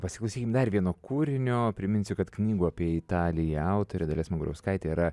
pasiklausykim dar vieno kūrinio priminsiu kad knygų apie italiją autorė dalia smagurauskaitė yra